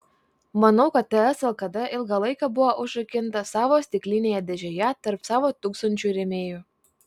manau kad ts lkd ilgą laiką buvo užrakinta savo stiklinėje dėžėje tarp savo tūkstančių rėmėjų